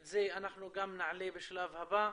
את זה אנחנו גם נעלה בשלב הבא.